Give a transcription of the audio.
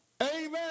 Amen